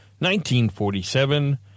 1947